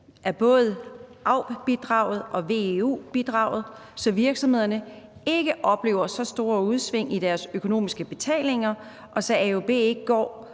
af både AUB-bidraget og veu-bidraget, så virksomhederne ikke oplever store udsving i deres økonomiske betalinger, og så AUB ikke går